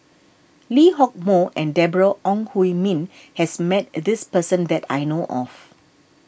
Lee Hock Moh and Deborah Ong Hui Min has met this person that I know of